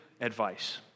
advice